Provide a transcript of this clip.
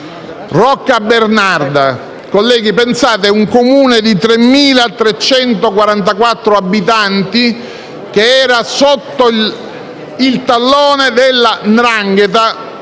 Roccabernarda. Colleghi, pensate: è un Comune di 3.344 abitanti, che era sotto il tallone della 'ndrangheta